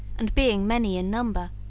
and being many in number,